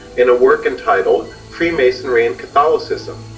in a work entitled freemasonry and catholicism,